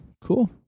Cool